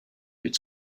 its